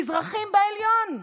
מזרחים בעליון.